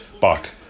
back